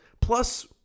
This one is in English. Plus